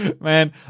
man